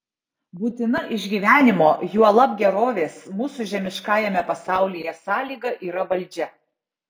būtina išgyvenimo juolab gerovės mūsų žemiškajame pasaulyje sąlyga yra valdžia